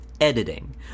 Editing